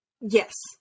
Yes